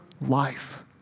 life